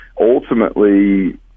ultimately